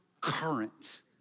current